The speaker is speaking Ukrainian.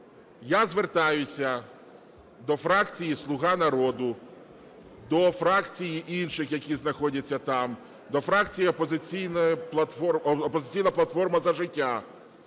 Я звертаюсь до фракції "Слуга народу", до фракцій інших, які знаходяться там, до фракції "Опозиційна платформа - За життя",